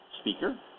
speaker